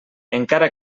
encara